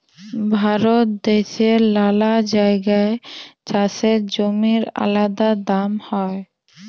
ভারত দ্যাশের লালা জাগায় চাষের জমির আলাদা দাম হ্যয়